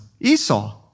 Esau